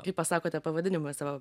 kai pasakote pavadinimą savo